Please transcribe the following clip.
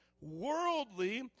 worldly